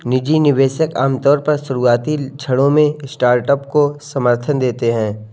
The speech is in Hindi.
निजी निवेशक आमतौर पर शुरुआती क्षणों में स्टार्टअप को समर्थन देते हैं